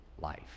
life